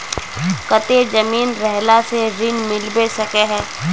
केते जमीन रहला से ऋण मिलबे सके है?